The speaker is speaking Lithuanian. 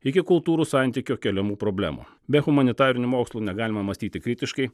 iki kultūrų santykio keliamų problemų be humanitarinių mokslų negalima mąstyti kritiškai